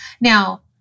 Now